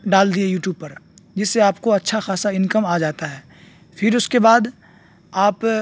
ڈال دیے YouTube پر جس سے آپ کو اچھا خاصا انکم آ جاتا ہے پھر اس کے بعد آپ